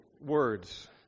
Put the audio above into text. words